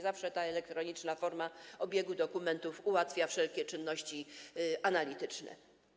Zawsze elektroniczna forma obiegu dokumentów ułatwia wszelkie czynności analityczne.